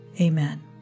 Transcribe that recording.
Amen